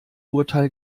urteil